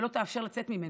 ולא תאפשר לצאת ממנו.